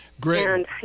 Great